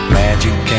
magic